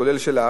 כולל שלך,